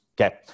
Okay